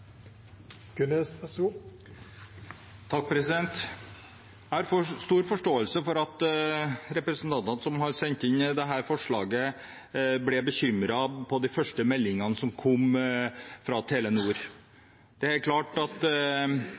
Jeg har stor forståelse for at representantene som har sendt inn dette forslaget, ble bekymret da de første meldingene kom fra Telenor. Det er klart at